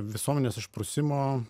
visuomenės išprusimo